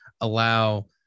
allow